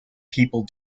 people